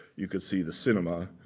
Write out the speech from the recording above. you could see the cinema,